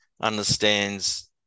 understands